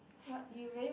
what you really what